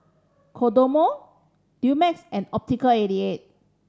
Kodomo Dumex and Optical eighty eight